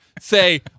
say